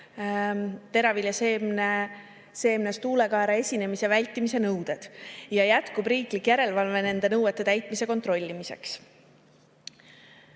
teraviljaseemnes tuulekaera esinemise vältimise nõuded ja jätkub riiklik järelevalve nende nõuete täitmise kontrollimiseks.